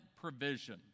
provision